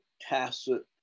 tacit